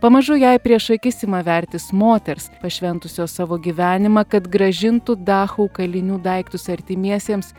pamažu jai prieš akis ima vertis moters pašventusios savo gyvenimą kad grąžintų dachau kalinių daiktus artimiesiems